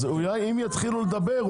אם יתחילו לדבר,